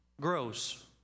grows